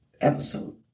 episode